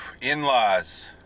In-laws